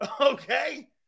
Okay